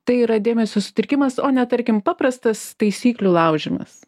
tai yra dėmesio sutrikimas o ne tarkim paprastas taisyklių laužymas